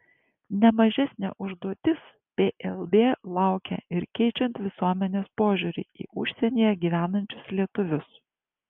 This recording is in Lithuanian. ne mažesnė užduotis plb laukia ir keičiant visuomenės požiūrį į užsienyje gyvenančius lietuvius